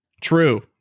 True